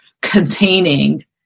containing